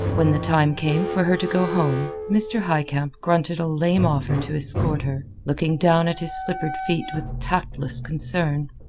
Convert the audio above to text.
when the time came for her to go home, mr. highcamp grunted a lame offer to escort her, looking down at his slippered feet with tactless concern.